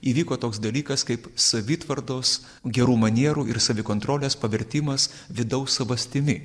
įvyko toks dalykas kaip savitvardos gerų manierų ir savikontrolės pavertimas vidaus savastimi